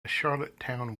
charlottetown